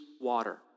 water